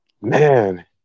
Man